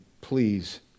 please